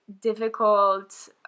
difficult